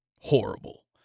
horrible